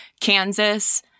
Kansas